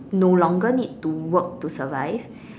no longer need to work to survive